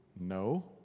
No